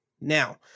Now